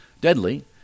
deadly